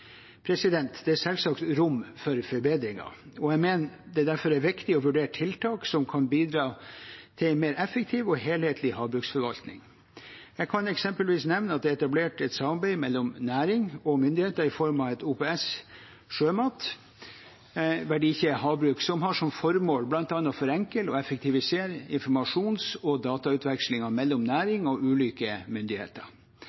Det er selvsagt rom for forbedringer, og jeg mener det derfor er viktig å vurdere tiltak som kan bidra til en mer effektiv og helhetlig havbruksforvaltning. Jeg kan eksempelvis nevne at det er etablert et samarbeid mellom næring og myndigheter i form av OPS sjømat – verdikjede havbruk, som har som formål bl.a. å forenkle og effektivisere informasjons- og datautvekslingen mellom